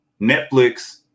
Netflix